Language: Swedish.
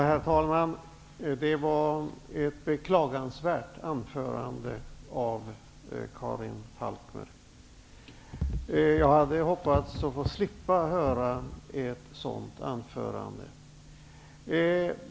Herr talman! Det var ett beklagansvärt anförande av Karin Falkmer. Jag hade hoppats att få slippa höra ett sådant anförande.